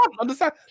understand